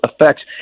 effects